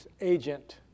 agent